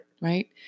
right